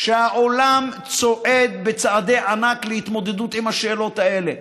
שהעולם צועד בצעדי ענק להתמודדות עם השאלות האלה,